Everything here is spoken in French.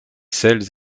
sels